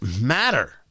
matter